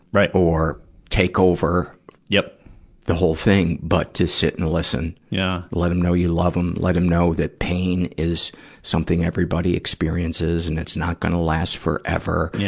or take over yeah the whole thing, but to sit and listen. yeah let them know you love them. let them know that pain is something everybody experiences and it's not going to last forever, yeah